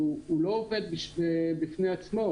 הוא לא עומד בפני עצמו,